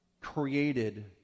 created